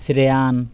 Shreyan